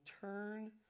turn